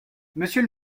monsieur